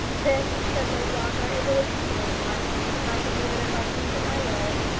then, said lady ongar, it will accumulate in my hands, and i can leave it as i please in my will.